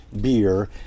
beer